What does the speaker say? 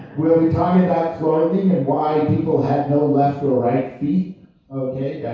we'll be talking about clothing, and why people had no left or right feet,